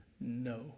no